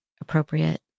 appropriate